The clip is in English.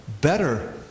better